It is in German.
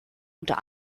unter